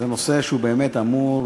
זה נושא שבאמת אמור,